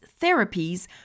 therapies